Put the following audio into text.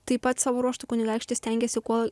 taip pat savo ruožtu kunigaikštis stengėsi kuo